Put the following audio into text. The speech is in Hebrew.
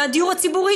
והדיור הציבורי,